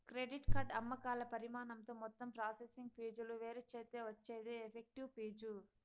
credit card అమ్మకాల పరిమాణంతో మొత్తం ప్రాసెసింగ్ ఫీజులు వేరుచేత్తే వచ్చేదే ఎఫెక్టివ్ ఫీజు